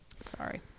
Sorry